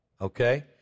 okay